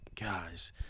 guys